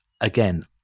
again